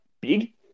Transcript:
big